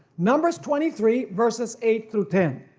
numbers twenty three verses eight through ten.